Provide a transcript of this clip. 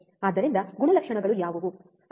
ಆದ್ದರಿಂದ ಗುಣಲಕ್ಷಣಗಳು ಯಾವುವು